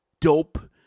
dope